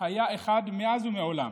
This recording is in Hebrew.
היה אחד מאז ומעולם,